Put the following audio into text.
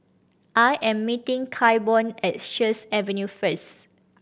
I am meeting Claiborne at Sheares Avenue first